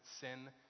sin